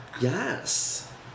Yes